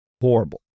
horrible